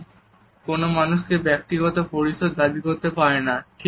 এবং কোন মানুষ ব্যক্তিগত পরিসর দাবি করতে পারে না